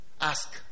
ask